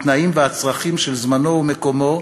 התנאים והצרכים של זמנו ומקומו,